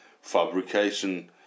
fabrication